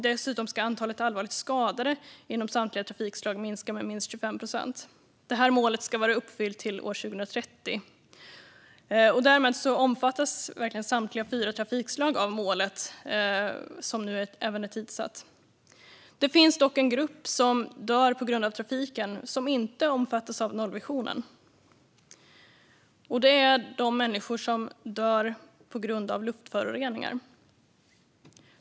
Dessutom ska antalet allvarligt skadade inom samtliga trafikslag minska med minst 25 procent. Detta mål ska vara uppfyllt 2030. Härmed omfattas samtliga fyra trafikslag av detta tidssatta mål. Det finns dock människor som dör av trafik men inte omfattas av nollvisionen, och det är de som dör av luftföroreningar.